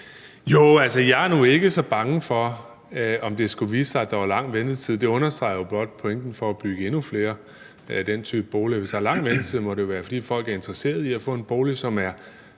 Bek): Jeg er nu ikke så bange for, om det skulle vise sig, at der er lang ventetid. Det understreger jo blot pointen i at bygge endnu flere af den type boliger. Hvis der er lang ventetid, må det jo være, fordi folk er interesserede i at få en bolig, som er